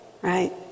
right